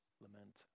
lament